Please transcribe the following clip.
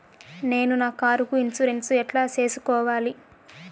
నేను నా కారుకు ఇన్సూరెన్సు ఎట్లా సేసుకోవాలి